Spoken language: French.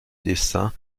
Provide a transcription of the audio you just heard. dessin